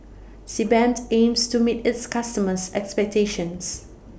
Sebamed aims to meet its customers' expectations